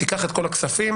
תיקח את כל הכספים,